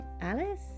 Alice